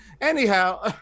Anyhow